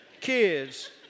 kids